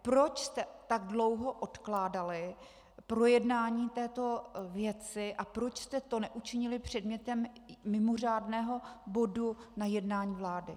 Proč jste tak dlouho odkládali projednání této věci a proč jste to neučinili předmětem mimořádného bodu na jednání vlády?